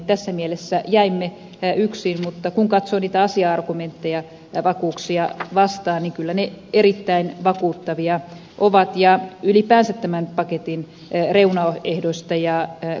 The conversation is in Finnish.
tässä mielessä jäimme yksin mutta kun katsoo niitä asia argumentteja vakuuksia vastaan niin kyllä ne erittäin vakuuttavia ovat ja ylipäänsä tämän paketin reunaehdot ja kokonaisuus